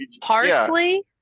Parsley